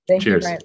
Cheers